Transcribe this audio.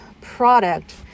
product